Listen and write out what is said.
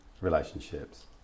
relationships